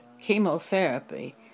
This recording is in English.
chemotherapy